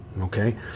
okay